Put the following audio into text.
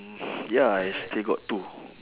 mm ya I still got two